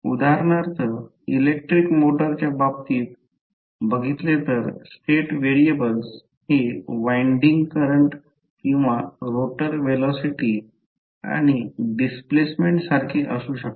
उदाहरणार्थ इलेक्ट्रिक मोटरच्या बाबतीत बघितले तर स्टेट व्हेरिएबल्स हे वइण्डिंग करंट किंवा रोटर व्हेलॉसिटी आणि डिस्प्लेसमेंट सारखे असू शकतात